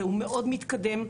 נוהל מאוד מתקדם.